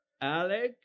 Alex